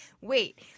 wait